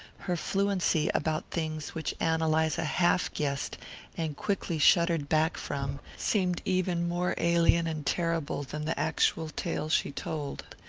her fluency about things which ann eliza half-guessed and quickly shuddered back from, seemed even more alien and terrible than the actual tale she told.